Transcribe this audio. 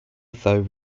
though